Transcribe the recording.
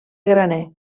graner